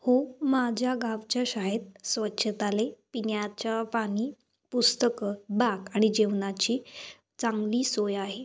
हो माझ्या गावच्या शाळेत स्वच्छतेला पिण्याचे पाणी पुस्तकं बाक आणि जेवणाची चांगली सोय आहे